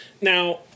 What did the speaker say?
Now